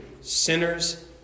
sinners